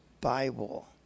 Bible